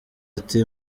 ati